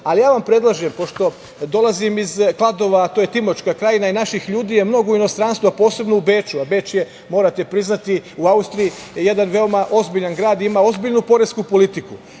ali ja vam predlažem pošto dolazim iz Kladova, a to je Timočka krajina i naših ljudi je mnogo u inostranstvu, a posebno u Beču, a Beč je morate priznati u Austriji jedan veoma ozbiljan grad, ima ozbiljnu poresku politiku,